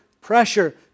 pressure